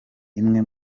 imwe